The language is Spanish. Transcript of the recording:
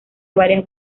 varias